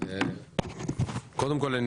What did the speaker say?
קודם כול,